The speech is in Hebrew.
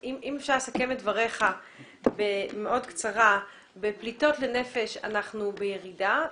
אם אפשר לסכם את דבריך בקצרה הרי שבפליטות לנפש אנחנו בירידה,